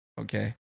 Okay